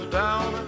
down